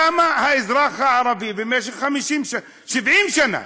למה האזרח הערבי, במשך 50 שנה, 70 שנה,